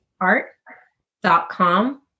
art.com